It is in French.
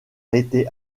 été